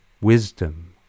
wisdom